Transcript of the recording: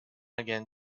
again